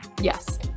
Yes